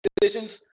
decisions